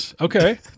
okay